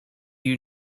you